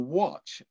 watch